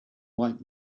white